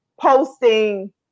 posting